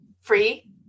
free